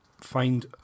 find